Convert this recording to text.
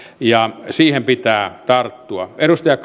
siihen pitää tarttua edustaja